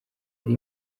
yari